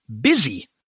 busy